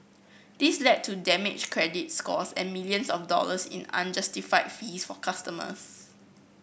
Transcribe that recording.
this led to damaged credit scores and millions of dollars in unjustified fees for customers